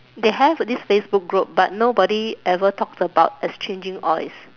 they have this facebook group but nobody ever talked about exchanging oils